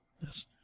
Yes